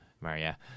Maria